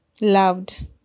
loved